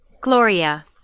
Gloria